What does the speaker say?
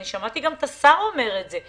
אני שמעתי גם את השר אומר את זה.